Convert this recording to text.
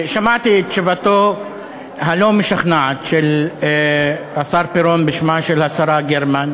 שמעתי את תשובתו הלא-משכנעת של השר פירון בשמה של השרה גרמן,